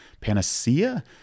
panacea